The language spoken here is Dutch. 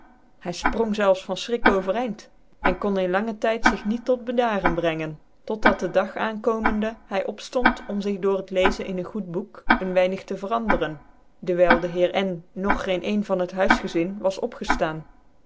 hy fprong zelfs van iftbrik overcinde en kon in langen tyd zig niet tot bedaren brengen tot dat den dag aankomende hy opftond om zig door het leezen ia ccn goed bock een een n e g e r ijtwynig tc veranderen dcwyl de heer n nog geen ten van het huiigezin was